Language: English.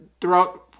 throughout